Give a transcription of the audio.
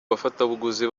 bafatabuguzi